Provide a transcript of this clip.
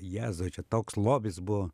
jėzau čia toks lobis buvo